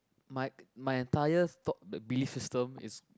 my my entire stock the belief system is